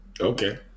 Okay